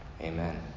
Amen